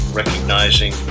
recognizing